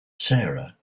sara